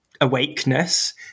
awakeness